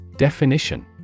Definition